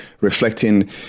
reflecting